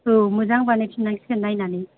औ मोजां बानाय फिननां सिगोन नायनानै औ